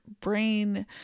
brain